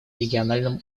региональном